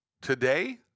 Today